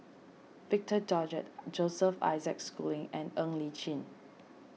Victor Doggett Joseph Isaac Schooling and Ng Li Chin